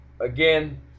Again